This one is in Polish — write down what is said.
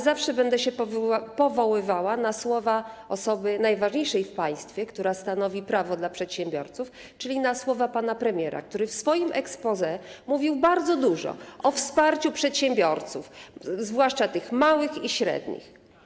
Zawsze będę się powoływała na słowa osoby najważniejszej w państwie, która stanowi prawo dla przedsiębiorców, czyli na słowa pana premiera, który w swoim exposé mówił bardzo dużo o wsparciu przedsiębiorców, zwłaszcza tych małych i średnich.